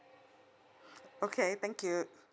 okay thank you